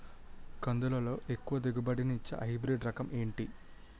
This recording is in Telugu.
కందుల లో ఎక్కువ దిగుబడి ని ఇచ్చే హైబ్రిడ్ రకం ఏంటి?